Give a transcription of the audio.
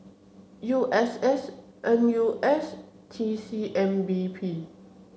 U S S N U S T C M B P